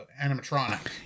animatronic